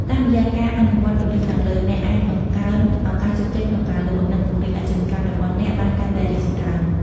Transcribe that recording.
តាមរយៈការអនុវត្តន៍គន្លឹះខាងលើ អ្នកអាចបង្កើនឱកាសជោគជ័យក្នុងការលក់ និងពង្រីកអាជីវកម្មរបស់អ្នកបានកាន់តែរីកចម្រើន។